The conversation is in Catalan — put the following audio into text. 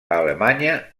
alemanya